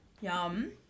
Yum